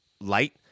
light